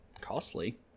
Costly